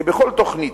כבכל תוכנית,